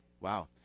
Wow